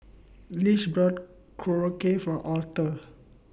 Lish bought Korokke For Aurthur